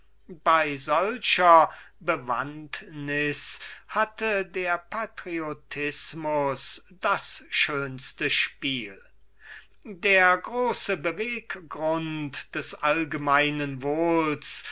bei solcher bewandtnis hatte der patriotismus das schönste spiel und die großen beweggründe der allgemeinen